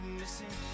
missing